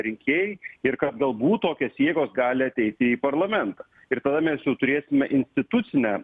rinkėjai ir galbūt tokios jėgos gali ateiti į parlamentą ir tada mes jau turėsime institucinę